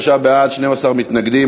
33 בעד, 12 מתנגדים.